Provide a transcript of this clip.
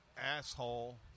asshole